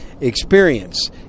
experience